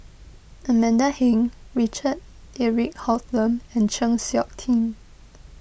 Amanda Heng Richard Eric Holttum and Chng Seok Tin